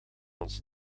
ons